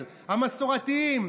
המסורתיים,